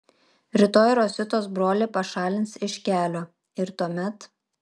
rytoj rositos brolį pašalins iš kelio ir tuomet